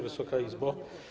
Wysoka Izbo!